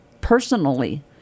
personally